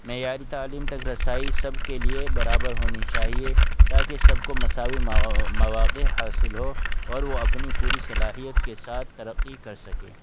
معیاری تعلیم تک رسائی سب کے لیے برابر ہونی چاہیے تاکہ سب کو مساوی مواقع حاصل ہو اور وہ اپنی پوری صلاحیت کے ساتھ ترقی کر سکے